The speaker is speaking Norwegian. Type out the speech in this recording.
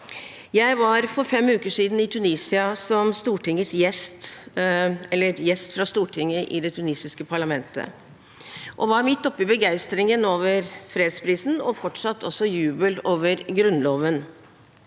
Jeg var for fem uker siden i Tunisia som gjest fra Stortinget i det tunisiske parlamentet og var midt oppe i begeistringen over fredsprisen og fortsatt også jubel over grunnloven.